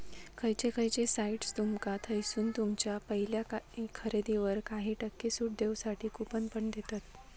खयचे खयचे साइट्स तुमका थयसून तुमच्या पहिल्या खरेदीवर काही टक्के सूट देऊसाठी कूपन पण देतत